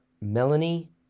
Melanie